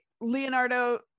Leonardo